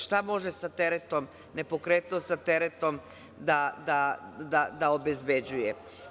Šta može nepokretnost sa teretom da obezbeđuje?